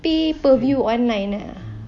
people view online lah